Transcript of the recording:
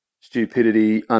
stupidity